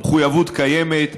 המחויבות קיימת.